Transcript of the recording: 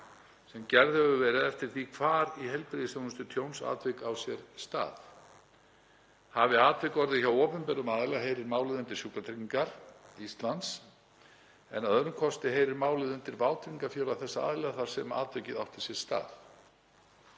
sem gerð hefur verið eftir því hvar í heilbrigðisþjónustu tjónsatvik á sér stað. Hafi atvik orðið hjá opinberum aðila heyrir málið undir Sjúkratryggingar Íslands en að öðrum kosti heyrir málið undir vátryggingafélag þess aðila þar sem atvikið átti sér stað.